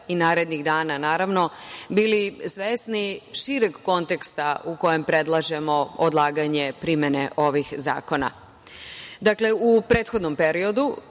i narednih dana, naravno, bili svesni šireg konteksta u kojem predlažemo odlaganje primene ovih zakona. Dakle, u prethodnom periodu